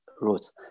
roots